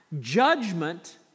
judgment